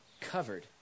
covered